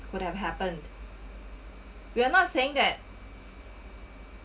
could have happened we are not saying that